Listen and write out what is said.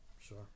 Sure